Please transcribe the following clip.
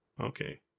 Okay